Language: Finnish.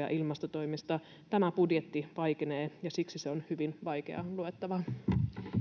ja ilmastotoimista, tämä budjetti vaikenee. Siksi se on hyvin vaikeaa luettavaa.